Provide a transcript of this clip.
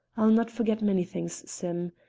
i'll not forget many things, sim.